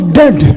dead